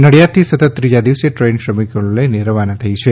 નડિયાદથી સતત ત્રીજા દિવસે ટ્રેન શ્રમિકોને લઈને રવાના થઈ હતી